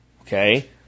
Okay